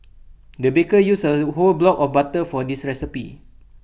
the baker used A whole block of butter for this recipe